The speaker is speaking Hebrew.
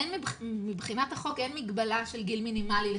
אין מבחינת חוק מגבלה של גיל מינימלי לחקירה,